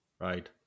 right